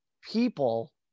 people